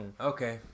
Okay